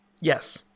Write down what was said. Yes